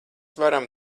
varam